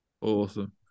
Awesome